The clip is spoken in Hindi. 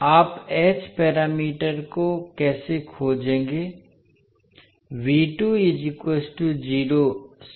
आप एच पैरामीटर को कैसे खोजेंगे